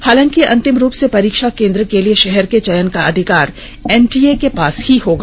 हालांकि अंतिम रूप से परीक्षा केंद्र के लिए शहर के चयन का अधिकार एनटीए के पास ही होगा